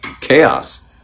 Chaos